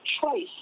choice